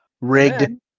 Rigged